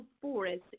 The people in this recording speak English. forest